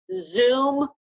Zoom